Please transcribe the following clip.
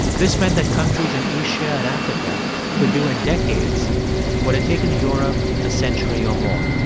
this meant that countries in asia and africa could do in decades what had taken europe a century or more.